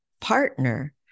partner